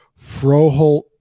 Froholt